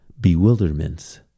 Bewilderments